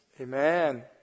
Amen